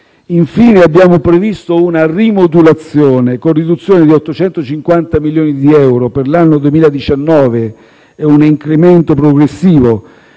Abbiamo previsto, infine, una rimodulazione con riduzione di 850 milioni di euro per l'anno 2019 e un incremento progressivo